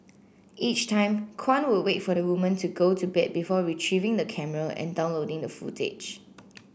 each time Kwan would wait for the woman to go to bed before retrieving the camera and downloading the footage